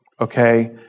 Okay